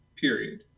Period